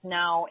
now